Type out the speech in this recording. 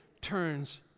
turns